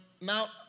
Mount